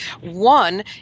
One